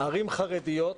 ערים חרדיות,